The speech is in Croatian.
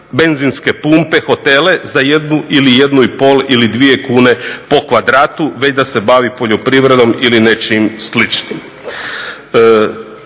benzinske pumpe, hotele za jednu ili jednu i pol ili dvije kune po kvadratu već da se bavi poljoprivredom ili nečim sličnim.